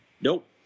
Nope